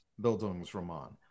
Bildungsroman